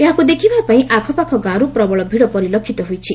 ଏହାକୁ ଦେଖିବା ପାଇଁ ଆଖପାଖ ଗାଁରୁ ପ୍ରବଳ ଭିଡ଼ ପରିଲକ୍ଷିତ ହୋଇଛି